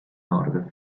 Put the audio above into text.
nord